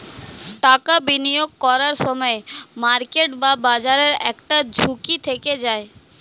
টাকা বিনিয়োগ করার সময় মার্কেট বা বাজারের একটা ঝুঁকি থেকে যায়